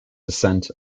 descent